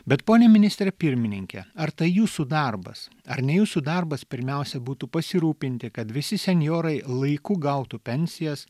bet pone ministre pirmininke ar tai jūsų darbas ar ne jūsų darbas pirmiausia būtų pasirūpinti kad visi senjorai laiku gautų pensijas